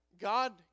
God